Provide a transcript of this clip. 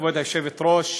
כבוד היושבת-ראש,